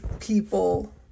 people